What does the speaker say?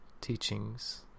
teachings